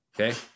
okay